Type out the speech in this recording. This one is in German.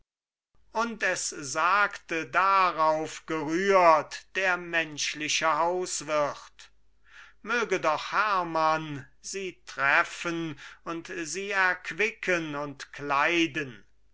und es sagte darauf gerührt der menschliche hauswirt möge doch hermann sie treffen und sie erquicken und kleiden